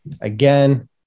Again